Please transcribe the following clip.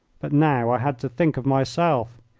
but now i had to think of myself.